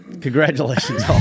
Congratulations